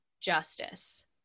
justice